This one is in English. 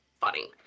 funny